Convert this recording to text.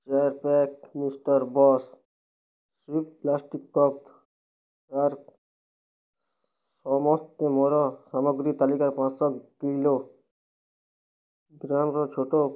ଚାରି pack mister bus swift plastic cloth ସମସ୍ତେ ମୋର ସାମଗ୍ରୀ ତାଲିକା ଛୋଟ